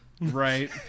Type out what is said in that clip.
Right